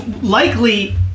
Likely